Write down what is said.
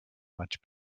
much